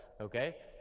okay